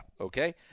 okay